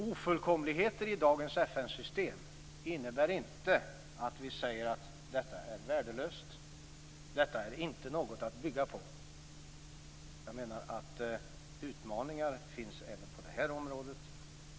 Ofullkomligheter i dagens FN-system innebär inte att vi säger att detta är värdelöst, att detta inte är något att bygga på. Utmaningar finns även på det området.